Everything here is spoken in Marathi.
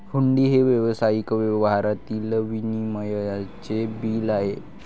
हुंडी हे व्यावसायिक व्यवहारातील विनिमयाचे बिल आहे